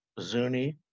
Zuni